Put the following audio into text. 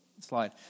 slide